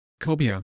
cobia